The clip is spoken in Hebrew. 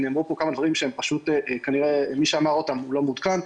כי נאמרו פה כמה דברים שכנראה מי שאמר אותם לא מעודכן.